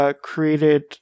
created